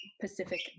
Pacific